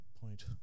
point